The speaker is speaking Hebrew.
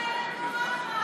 למה אילת בורחת?